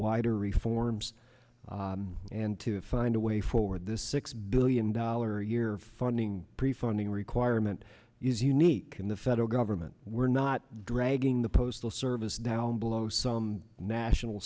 wider reforms and to find a way forward this six billion dollars a year funding prefunding requirement is unique in the federal government we're not dragging the postal service down below some national